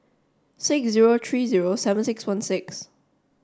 six zero three zero seven six one six